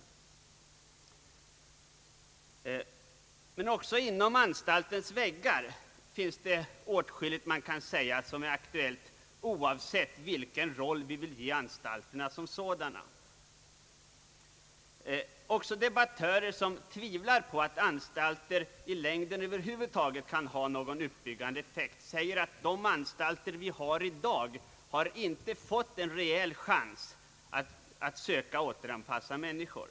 Också vad gäller förhållandena inom anstalternas väggar finns det åtskilligt som kan påtalas, oavsett vilken roll vi vill ge anstalterna som sådana. Även debattörer som tvivlar på att anstaltsbehandling i längden över huvud taget har någon uppbyggande effekt säger att de anstalter, som vi i dag har, inte fått en rejäl chans att återanpassa människor.